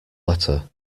letter